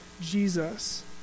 Jesus